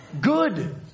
Good